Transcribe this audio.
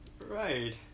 right